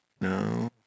No